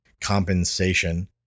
compensation